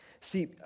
See